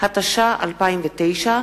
התש"ע 2009,